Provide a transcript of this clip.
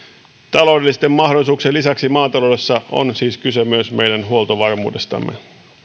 taloudellisten mahdollisuuksien lisäksi maataloudessa on siis kyse myös meidän huoltovarmuudestamme